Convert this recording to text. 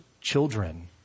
children